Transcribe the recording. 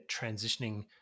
transitioning